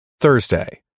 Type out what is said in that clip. Thursday